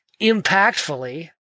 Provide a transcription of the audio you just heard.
impactfully